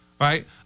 right